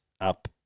up